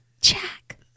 Jack